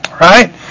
right